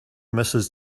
mrs